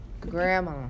Grandma